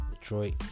Detroit